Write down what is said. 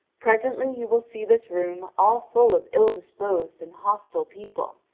presently you will see this room all full of ill-disposed and hostile people,